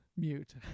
Mute